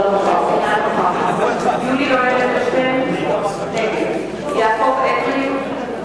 אינה נוכחת יולי יואל אדלשטיין, נגד יעקב אדרי,